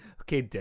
Okay